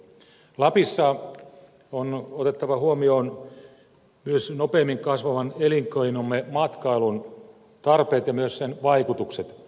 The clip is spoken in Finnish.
lapissa on otettava huomioon myös nopeimmin kasvavan elinkeinomme matkailun tarpeet ja myös sen vaikutukset